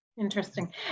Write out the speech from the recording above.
Interesting